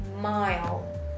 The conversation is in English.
mile